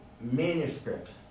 manuscripts